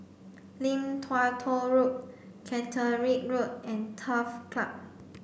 Lim Tua Tow Road Caterick Road and Turf Club